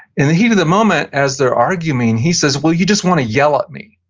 in the heat of the moment as they're arguing, he says, well, you just want to yell at me.